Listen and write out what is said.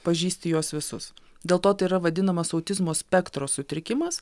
pažįsti juos visus dėl to tai yra vadinamas autizmo spektro sutrikimas